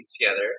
together